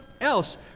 else